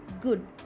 Good